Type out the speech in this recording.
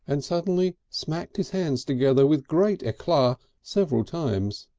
and suddenly smacked his hands together with great eclat several times.